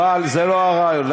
אבל זה לא הרעיון.